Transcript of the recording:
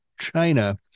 China